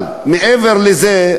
אבל מעבר לזה,